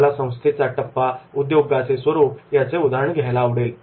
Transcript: मला संस्थेचा टप्पा उद्योगाचे स्वरूप याचे उदाहरण घ्यायला आवडेल